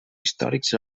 històrics